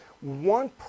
one